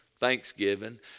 Thanksgiving